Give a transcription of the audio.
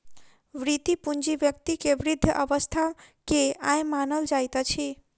वृति पूंजी व्यक्ति के वृद्ध अवस्था के आय मानल जाइत अछि